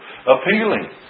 appealing